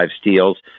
steals